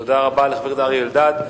תודה רבה לחבר הכנסת אריה אלדד.